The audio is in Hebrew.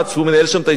שמנהל שם את הישיבה,